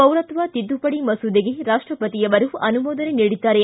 ಪೌರತ್ವ ತಿದ್ದುಪಡಿ ಮಸೂದೆಗೆ ರಾಷ್ಷಪತಿಯವರು ಅನುಮೋದನೆ ನೀಡಿದ್ದಾರೆ